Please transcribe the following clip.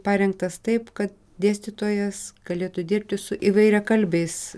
parengtas taip ka dėstytojas galėtų dirbti su įvairiakalbiais